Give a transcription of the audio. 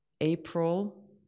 April